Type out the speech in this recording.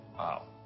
Wow